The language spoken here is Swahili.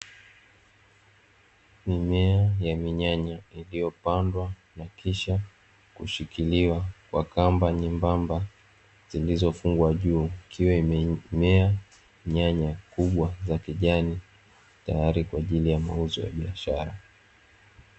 Mimea ya minyanya iliyopandwa na kisha kushikiliwa kwa kamba nyembamba zilizofungwa juu, ikiwa imemea nyanya kubwa za kijani, tayari kwa ajili ya mauzo ya biashara.